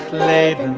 made and